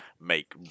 make